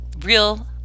Real